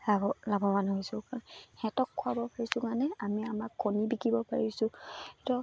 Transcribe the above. লাভ লাভৱানো হৈছোঁ কাৰণ সিহঁতক খুৱাব পাৰিছোঁ মানে আমি আমাক কণী বিকিব পাৰিছোঁ সিহঁতক